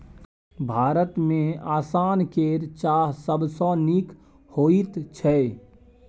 भारतमे आसाम केर चाह सबसँ नीक होइत छै